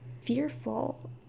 fearful